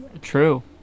True